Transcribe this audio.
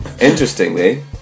interestingly